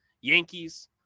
Yankees